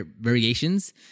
variations